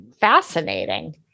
fascinating